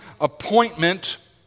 appointment